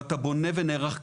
ואתה בונה ונערך כראוי,